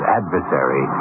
adversary